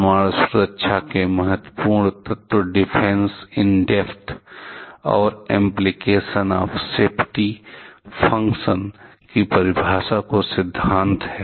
परमाणु सुरक्षा के महत्वपूर्ण तत्व डिफेन्स इन डेप्थ और एप्लीकेशन ऑफ़ सेफ्टी फंक्शन की परिभाषा के सिद्धांत हैं